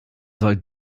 soll